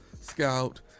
Scout